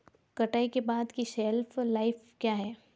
कटाई के बाद की शेल्फ लाइफ क्या है?